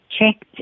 checked